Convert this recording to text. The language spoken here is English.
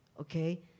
okay